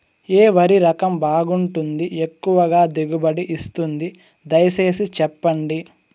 ఏ వరి రకం బాగుంటుంది, ఎక్కువగా దిగుబడి ఇస్తుంది దయసేసి చెప్పండి?